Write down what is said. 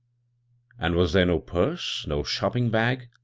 and was there no purse? no shopping bag?